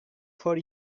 for